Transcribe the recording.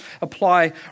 apply